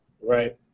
Right